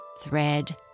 thread